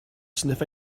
sniff